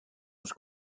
was